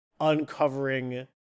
uncovering